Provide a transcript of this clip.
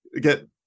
get